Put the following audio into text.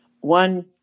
one